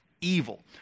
evil